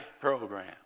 program